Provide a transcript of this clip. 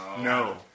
No